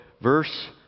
verse